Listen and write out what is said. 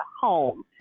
home